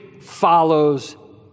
follows